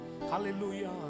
Hallelujah